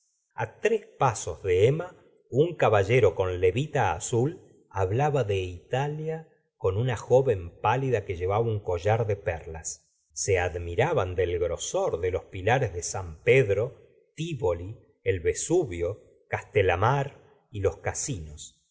a tres pasos de emma un caballero con levita azul hablaba de italia con una joven pálida que llevaba uh collar de perlas se admiraban de la grosor de los pilares de san pedro tívoli el vesubio castellamare y los casinos